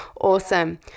Awesome